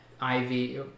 ivy